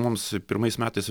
mums pirmais metais